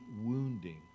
wounding